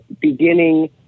beginning